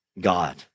God